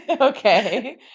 Okay